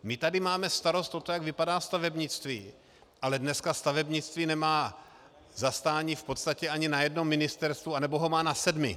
My tady máme starost o to, jak vypadá stavebnictví, ale dneska stavebnictví nemá zastání v podstatě ani na jednom ministerstvu, anebo ho má na sedmi.